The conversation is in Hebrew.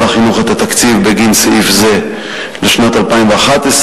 החינוך את התקציב בגין סעיף זה לשנת 2011,